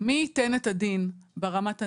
מי ייתן את הדין ברמת הניהול,